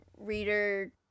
reader